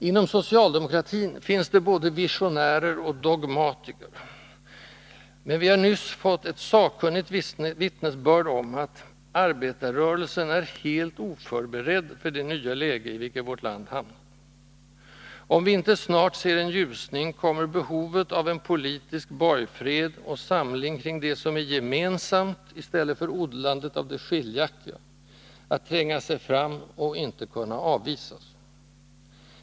Inom socialdemokratin finns det både visionärer och dogmatiker. Men vi har nyss fått ett sakkunnigt vittnesbörd om att ”arbetarrörelsen är helt oförberedd” för det nya läge i vilket vårt land hamnat. Om vi inte snart ser en ljusning, kommer behovet av en politisk borgfred och samling kring det som är gemensamt i stället för odlandet av det skiljaktiga att tränga sig fram och inte kunna avvisas.